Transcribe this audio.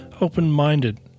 open-minded